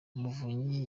muvunyi